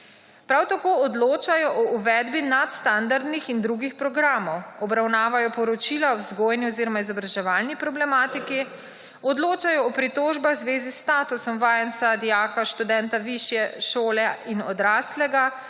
Prav tako odločajo o uvedbi nadstandardnih in drugih programov, obravnavajo poročila o vzgojni oziroma izobraževalni problematiki, odločajo o pritožbah v zvezi s statusom vajenca, dijaka, študenta višje šole in odraslega,